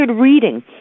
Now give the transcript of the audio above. reading